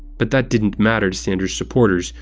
but that didn't matter to sanders' supporters,